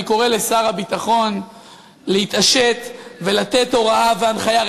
אני קורא לשר הביטחון להתעשת ולתת הוראה והנחיה,